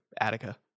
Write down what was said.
attica